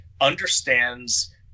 understands –